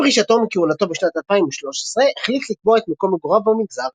עם פרישתו מכהונתו בשנת 2013 החליט לקבוע את מקום מגוריו במנזר.